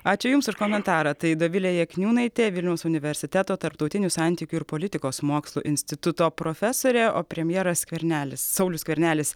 ačiū jums už komentarą tai dovilė jakniūnaitė vilniaus universiteto tarptautinių santykių ir politikos mokslų instituto profesorė o premjeras skvernelis saulius skvernelis